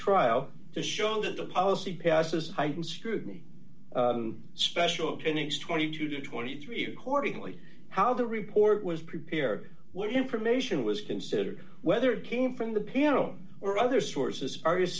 trial to show that the policy passes heightened scrutiny special openings twenty two to twenty three accordingly how the report was prepared what information was considered whether it came from the piano or other sources ar